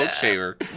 shaver